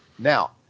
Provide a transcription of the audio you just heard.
Now